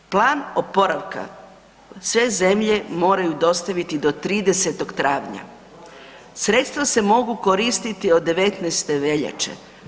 Plan oporavka sve zemlje moraju dostaviti do 30. travnja, sredstva se mogu koristiti od 19. veljače.